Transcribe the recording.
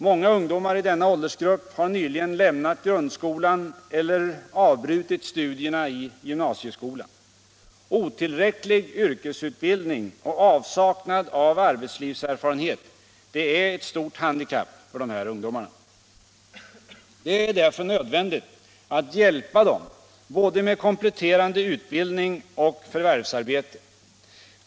Många ungdomar i denna åldersgrupp har nyligen lämnat grundskolan eller avbrutit studier i gymnasieskolan. Otillräcklig yrkesutbildning och avsaknad av arbetslivserfarenhet är stora handikapp för de här ungdomarna. Det är därför nödvändigt att hjälpa dem både med kompletterande utbildning och med förvärvsarbete.